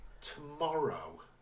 tomorrow